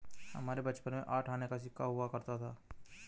हमारे बचपन में आठ आने का सिक्का हुआ करता था